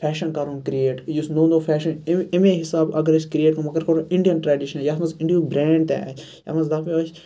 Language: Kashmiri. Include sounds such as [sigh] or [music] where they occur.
فیشَن کَرُن کریٹ یُس نوٚو نوٚو فیشَن امہِ حِسابہٕ اَگَر أسۍ کریٹ کرو مَگَر اِنڈیَن ٹریڈِشَن یَتھ مَنٛز اِنڈہُک برینٛڈ تہِ آسہِ یَتھ مَنٛز [unintelligible] آسہِ